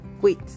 wait